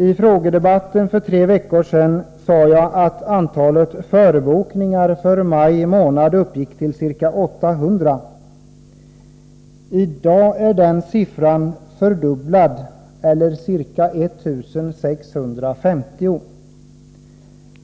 I frågedebatten för tre veckor sedan sade jag att antalet förbokningar för maj månad uppgick till ca 800. I dag är den siffran fördubblad eller ca 1 650.